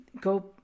go